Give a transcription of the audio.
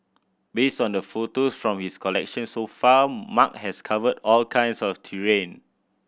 based on the photos from his collection so far Mark has covered all kinds of terrain